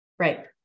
Right